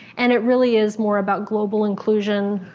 and it really is more about global inclusion,